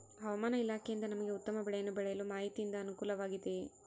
ಹವಮಾನ ಇಲಾಖೆಯಿಂದ ನಮಗೆ ಉತ್ತಮ ಬೆಳೆಯನ್ನು ಬೆಳೆಯಲು ಮಾಹಿತಿಯಿಂದ ಅನುಕೂಲವಾಗಿದೆಯೆ?